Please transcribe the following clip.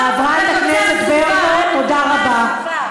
חברת הכנסת ברקו, תודה רבה.